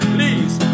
Please